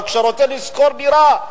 אבל כשהוא רוצה לשכור דירה,